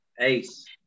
Ace